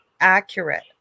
Accurate